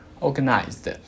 organized